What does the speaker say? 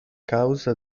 causa